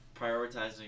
prioritizing